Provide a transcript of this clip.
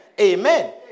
Amen